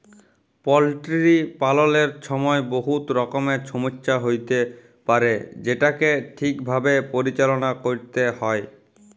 poultry পাললের ছময় বহুত রকমের ছমচ্যা হ্যইতে পারে যেটকে ঠিকভাবে পরিচাললা ক্যইরতে হ্যয়